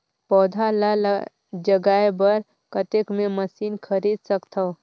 पौधा ल जगाय बर कतेक मे मशीन खरीद सकथव?